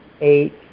eight